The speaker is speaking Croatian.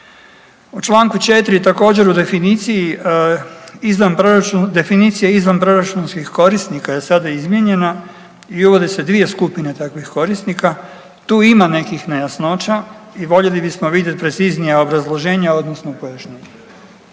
U čl. 4., također u definiciji izvanproračunskih korisnika je sada izmijenjena i uvode se dvije skupine takvih korisnika, tu ima nekih nejasnoće i voljeli bismo vidjet preciznija obrazloženja odnosno pojašnjenja.